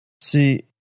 See